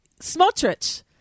Smotrich